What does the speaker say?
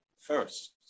first